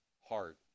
heart